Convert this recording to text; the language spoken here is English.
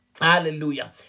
Hallelujah